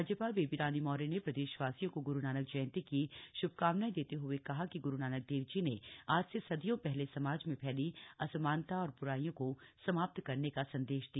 राज्यपाल बेबी रानी मौर्य और प्रदेशवासियों को ग्रू नानक जयंती की श्भकामनाएं देते हए कहा कि ग्रू नानक देव जी ने आज से सदियों पहले समाज में फैली असमानता और ब्राइयों को समाप्त करने का संदेश दिया